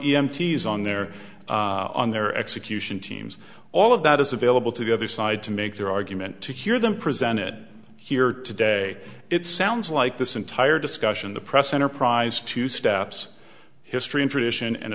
mts on their on their execution teams all of that is available to the other side to make their argument to hear them presented here today it sounds like this entire discussion the press enterprise two steps history and tradition and